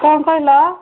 କ'ଣ କହିଲ